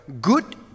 good